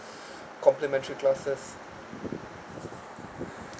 complimentary classes